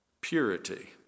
Purity